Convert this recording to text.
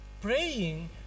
praying